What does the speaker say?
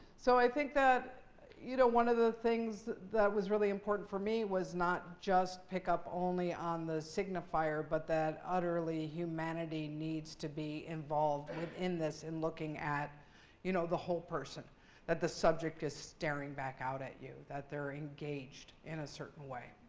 so i think that you know one of the things that was really important for me was not just pick up only on the signifier but that utterly humanity needs to be involved within this in looking at you know the whole person that the subject is staring back out at you. that they're engaged in a certain way.